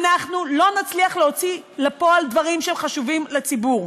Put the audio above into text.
אנחנו לא נצליח להוציא לפועל דברים שהם חשובים לציבור.